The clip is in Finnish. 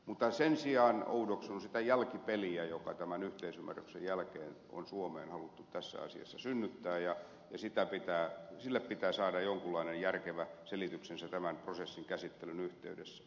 mutta sen sijaan oudoksun sitä jälkipeliä joka tämän yhteisymmärryksen jälkeen on suomeen haluttu tässä asiassa synnyttää ja sille pitää saada jonkunlainen järkevä selityksensä tämän prosessin käsittelyn yhteydessä